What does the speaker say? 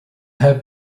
have